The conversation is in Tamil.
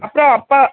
அப்புறம் அப்போ